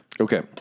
Okay